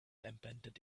embedded